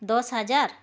ᱫᱚᱥ ᱦᱟᱡᱟᱨ